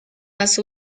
las